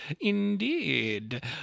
indeed